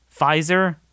Pfizer